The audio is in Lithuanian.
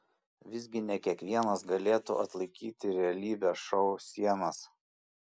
visgi ne kiekvienas galėtų atlaikyti realybės šou sienas